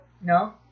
No